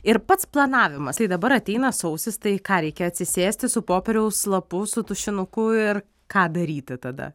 ir pats planavimas tai dabar ateina sausis tai ką reikia atsisėsti su popieriaus lapu su tušinuku ir ką daryti tada